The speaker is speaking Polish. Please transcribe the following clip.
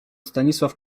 stanisław